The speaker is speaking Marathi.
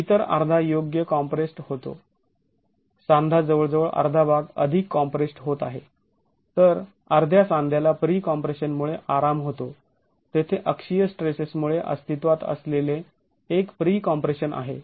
इतर अर्धा योग्य कॉम्प्रेस्ड् होतो सांधा जवळजवळ अर्धा भाग अधिक कॉम्प्रेस्ड् होत आहे तर अर्ध्या सांध्याला प्री कॉम्प्रेशन मुळे आराम होतो तेथे अक्षीय स्ट्रेसेसमुळे अस्तित्वात असलेले एक प्री कॉम्प्रेशन आहे